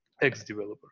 ex-developer